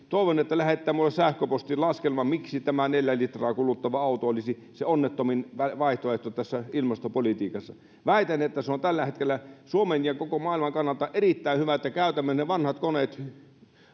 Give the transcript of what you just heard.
toivon että lähettää minulle sähköpostiin laskelman miksi tämä neljä litraa kuluttava auto olisi se onnettomin vaihtoehto tässä ilmastopolitiikassa että se on tällä hetkellä suomen ja koko maailman kannalta erittäin hyvä että käytämme ne vanhat koneet